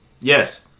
Yes